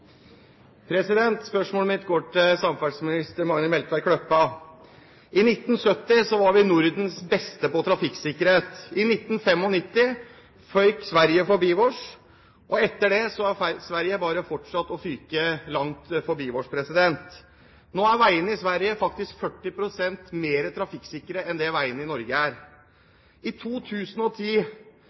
samferdselsminister Magnhild Meltveit Kleppa. I 1970 var vi Nordens beste på trafikksikkerhet. I 1995 føk Sverige forbi oss, og etter det har Sverige bare fortsatt å fyke langt forbi. Nå er veiene i Sverige faktisk 40 pst. mer trafikksikre enn veiene i Norge. I 2010